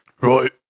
right